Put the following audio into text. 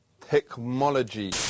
Technology